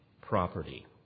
property